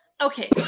okay